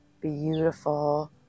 beautiful